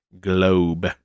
globe